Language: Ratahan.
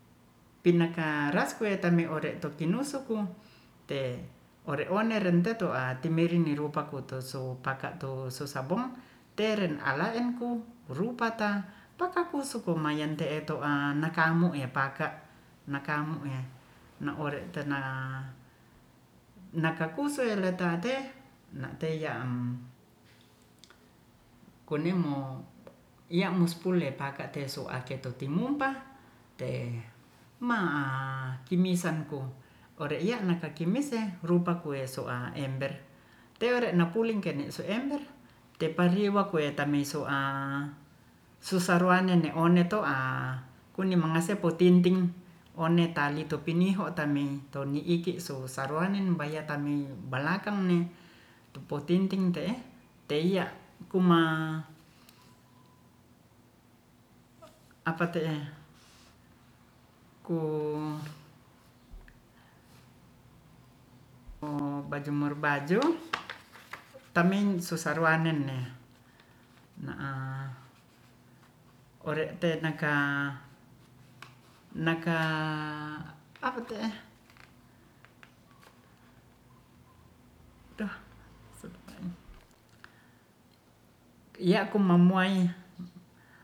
Pinakaras kuetami ore'tu kinusu ku te'oreone renteto'a timirinirupaku tusso paka'tu su sabong teren ala'enku rupata patakusukomaian te'e to'a nakamu e'paka- na'ore tena nakakuso eletate na'teya'am kunimo ya'mo spullepakate so'a keto timumpa te'e ma'kimisan ko ore'ya naka kimise rupa ku'e so'a ember teorenapuling ke'ne su ember tepari waku eta mis so'a susarwane one to'a kunnimangase potinting one'talitupiniho tami tonni iki su sarwanen baya ta'mi balakang ne tupotinting te'e te'ia kuma apa te'e ku- emobajumur baju tamin susarwanenne na'a ore'te naka- apate'e doh solupa'e ya'kumomuai